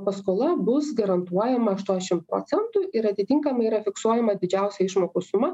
paskola bus garantuojama aštuoniasdešim procentų ir atitinkamai yra fiksuojama didžiausia išmokų suma